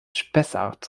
spessart